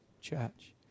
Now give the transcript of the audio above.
Church